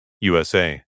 USA